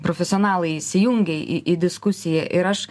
profesionalai įsijungė į į diskusiją ir aš